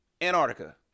Antarctica